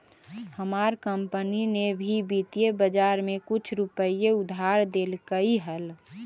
हमार कंपनी ने भी वित्तीय बाजार में कुछ रुपए उधार देलकइ हल